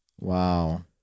Wow